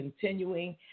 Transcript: continuing